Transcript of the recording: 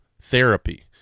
therapy